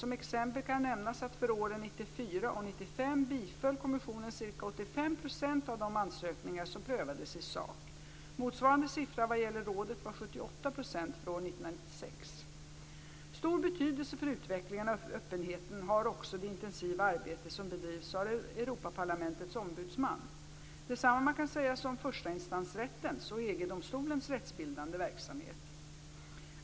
Som exempel kan nämnas att för åren 1994 och 1995 biföll kommissionen ca 85 % av de ansökningar som prövades i sak. Motsvarande siffra vad gäller rådet var Stor betydelse för utvecklingen av öppenheten har också det intensiva arbete som bedrivs av Europaparlamentets ombudsman. Detsamma kan sägas om förstainstansrättens och EG-domstolens rättsbildande verksamhet.